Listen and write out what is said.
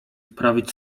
sprawić